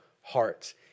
hearts